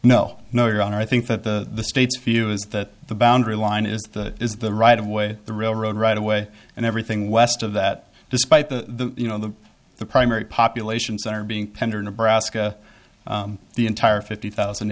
no no your honor i think that the state's few is that the boundary line is the is the right of way the railroad right away and everything west of that despite the you know the the primary population center being pender nebraska the entire fifty thousand